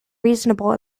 reasonable